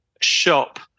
shop